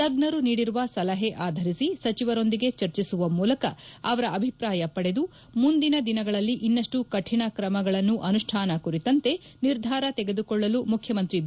ತಜ್ಞರು ನೀಡಿರುವ ಸಲಹೆ ಆಧರಿಸಿ ಸಚಿವರೊಂದಿಗೆ ಚರ್ಚಿಸುವ ಮೂಲಕ ಅವರ ಅಭಿಪ್ರಾಯ ಪಡೆದು ಮುಂದಿನ ದಿನಗಳಲ್ಲಿ ಇನ್ನಷ್ಟು ಕಠಿಣ ಕ್ರಮಗಳ ಅನುಷ್ಠಾನ ಕುರಿತಂತೆ ನಿರ್ಧಾರ ತೆಗೆದುಕೊಳ್ಳಲು ಮುಖ್ಯಮಂತ್ರಿ ಬಿ